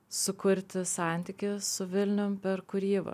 sukurti santykį su vilnium per kūrybą